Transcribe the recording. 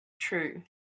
true